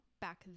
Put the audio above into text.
back